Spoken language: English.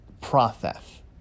process